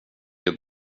gör